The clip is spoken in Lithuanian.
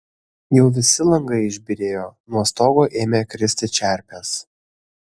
jau visi langai išbyrėjo nuo stogo ėmė kristi čerpės